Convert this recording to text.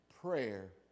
prayer